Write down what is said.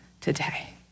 today